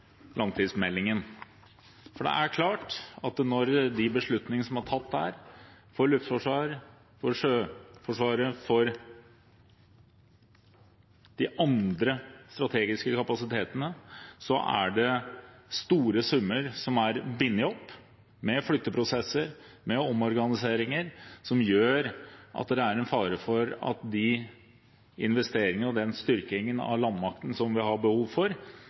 langtidsmeldingen. For med de beslutningene som er tatt der for Luftforsvaret, for Sjøforsvaret og for de andre strategiske kapasitetene, er det store summer som er bundet opp med flytteprosesser og omorganiseringer, som gjør at det er en fare for at de investeringene i og den styrkingen av landmakten som vi har behov for,